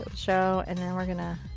ah so and then we're going to